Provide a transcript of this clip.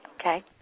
Okay